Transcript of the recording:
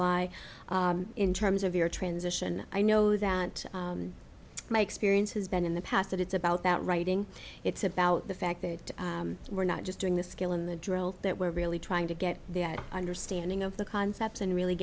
lie in terms of your transition i know that my experience has been in the past that it's about that writing it's about the fact that we're not just doing the skill in the drill that we're really trying to get the understanding of the concepts and really